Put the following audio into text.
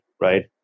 right